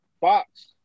Fox